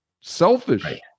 selfish